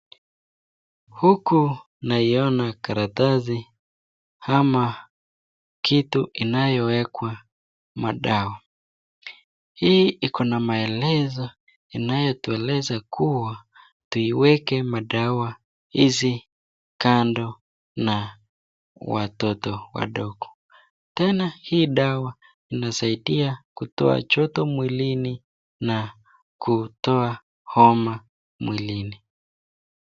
Huku naiona karatasi ,ama kitu inayowekwa madawa. Hii ikona maelezo inayotueleza kuwa tuiweke madawa hizi kando na watoto wadogo. Tena hii dawa inasaidia kutoa joto mwilini, na kutoa homa mwilini.